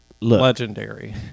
legendary